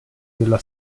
della